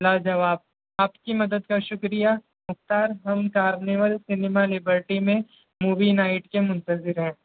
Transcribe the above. لا جواب آپ کی مدد کا شکریہ مختار ہم کارنیول سنیما لبرٹی میں مووی نائٹ کے منتظر ہیں